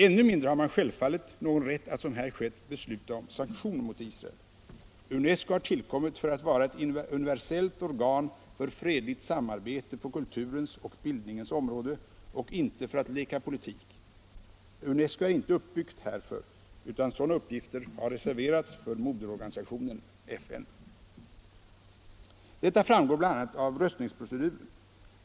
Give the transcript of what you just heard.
Ännu mindre har man självfallet någon rätt att som här skett besluta om sanktioner mot Israel. UNESCO har tillkommit för att vara ett universellt organ för fredligt samarbete på kulturens och bildningens område, inte för att leka politik. UNESCO är inte uppbyggt för det, utan politiska uppgifter har reserverats för moderorganisationen FN. Detta framgår bl.a. av röstningsproceduren.